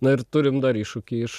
na ir turim dar iššūkį iš